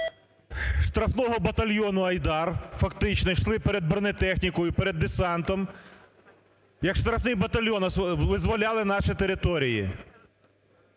штрафного батальйону "Айдар" фактично йшли перед бронетехнікою, перед десантом, як штрафний батальйон, визволяли наші території.